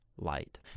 light